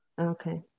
Okay